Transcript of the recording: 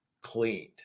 cleaned